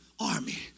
army